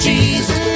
Jesus